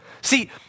See